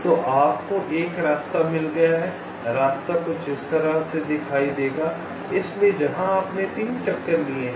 तो आपको एक रास्ता मिल गया है रास्ता कुछ इस तरह दिखाई देगा इसलिए जहां आपने 3 चक्कर लिए हैं